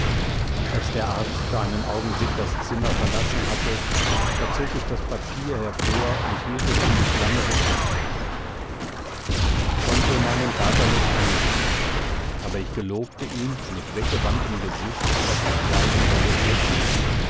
als der arzt für einen augenblick das zimmer verlassen hatte da zog ich das papier hervor und hielt es an die flamme des lichtes ich konnte meinen vater nicht ansehen aber ich gelobte ihm mit weggewandtem gesicht daß ich schweigen wolle für immer